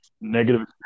negative